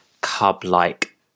cub-like